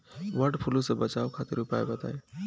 वड फ्लू से बचाव खातिर उपाय बताई?